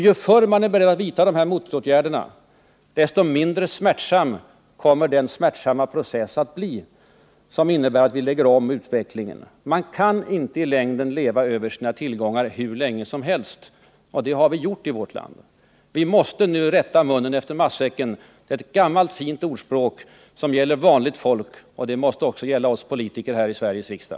Ju förr man är beredd att vidta motåtgärder, desto mindre plågsam kommer den smärtsamma processen att lägga om utvecklingen att bli. Man kan inte hur länge som helst leva över sina tillgångar, vilketvi har gjort i vårt land. Vi måste nu rätta munnen efter matsäcken. Det är ett gammalt fint ordspråk som gäller för vanligt folk, och det måste gälla också för oss politiker här i Sveriges riksdag.